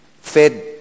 Fed